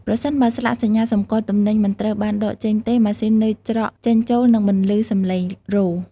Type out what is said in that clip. ប្រសិនបើស្លាកសញ្ញាសំគាល់ទំនិញមិនត្រូវបានដកចេញទេ ម៉ាស៊ីននៅច្រកចេញចូលនឹងបន្លឺសម្លេងរោទិ៍។